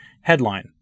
Headline